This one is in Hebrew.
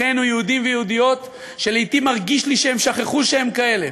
אחינו יהודים ויהודיות שלעתים אני מרגיש שהם שכחו שהם כאלה.